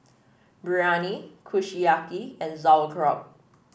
Biryani Kushiyaki and Sauerkraut